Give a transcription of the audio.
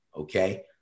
okay